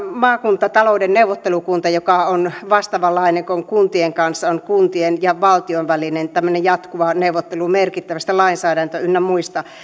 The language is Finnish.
maakuntatalouden neuvottelukunta joka on vastaavanlainen kuin kuntien kanssa on kuntien ja valtion välinen tämmöinen jatkuva neuvottelu merkittävistä lainsäädäntöasioista ynnä muista